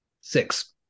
Six